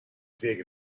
dig